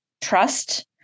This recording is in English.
trust